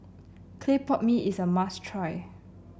Clay Pot Mee is a must try